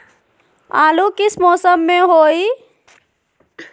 आलू किस मौसम में होई?